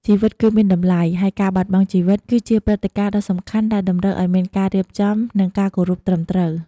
ជីវិតគឺមានតម្លៃ ហើយការបាត់បង់ជីវិតគឺជាព្រឹត្តិការណ៍ដ៏សំខាន់ដែលតម្រូវឱ្យមានការរៀបចំ និងការគោរពត្រឹមត្រូវ។